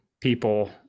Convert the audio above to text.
people